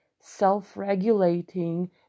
self-regulating